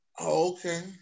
Okay